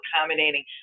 accommodating